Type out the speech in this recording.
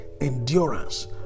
endurance